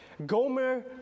Gomer